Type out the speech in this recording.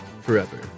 forever